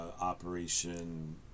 Operation